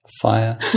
fire